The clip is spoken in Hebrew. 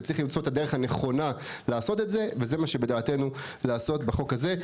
וצריך למצוא את הדרך הנכונה לעשות את זה וזה מה שבדעתנו לעשות בחוק הזה.